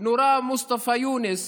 נורה מוסטפא יונס